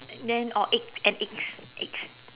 then or egg and eggs eggs